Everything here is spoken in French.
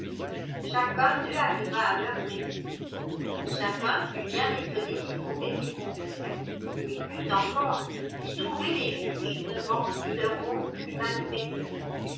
chacun d'eux arriva à l'heure prescrite chacun fut bien étonné d'y trouver ses confrères et plus encore d'y trouver les juges devant qui leur honte fut